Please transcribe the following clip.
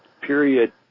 period